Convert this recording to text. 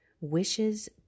wishes